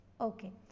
Okay